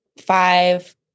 five